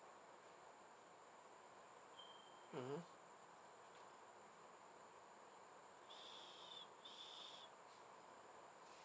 mmhmm